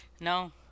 No